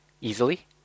easily